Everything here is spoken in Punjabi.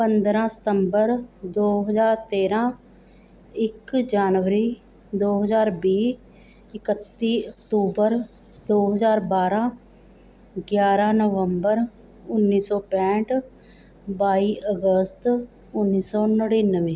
ਪੰਦਰਾਂ ਸਤੰਬਰ ਦੋ ਹਜ਼ਾਰ ਤੇਰ੍ਹਾਂ ਇੱਕ ਜਨਵਰੀ ਦੋ ਹਜ਼ਾਰ ਵੀਹ ਇਕੱਤੀ ਅਕਤੂਬਰ ਦੋ ਹਜ਼ਾਰ ਬਾਰ੍ਹਾਂ ਗਿਆਰ੍ਹਾਂ ਨਵੰਬਰ ਉੱਨੀ ਸੌ ਪੈਂਹਠ ਬਾਈ ਅਗਸਤ ਉੱਨੀ ਸੌ ਨੜਿਨਵੇਂ